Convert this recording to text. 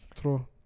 true